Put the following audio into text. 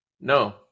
No